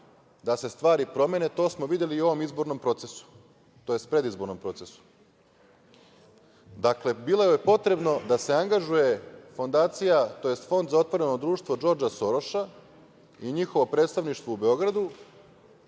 da se stvari promene, to smo videli i u ovom izbornom procesu, tj. predizbornom procesu. Dakle, bilo je potrebno da se angažuje fondacija, tj. Fond za otvoreno društvo Džordža Soroša i njihovo predstavništvo u Beogradu,